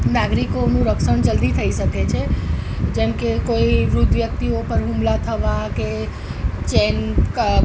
નાગરિકોનું રક્ષણ જલ્દી થઈ શકે છે જેમ કે કોઈ વૃદ્ધ વ્યક્તિઓ ઉપર હુમલા થવા કે ચેન ક